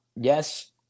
yes